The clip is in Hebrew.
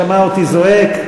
שמע אותי זועק.